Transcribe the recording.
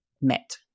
met